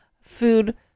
food